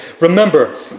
Remember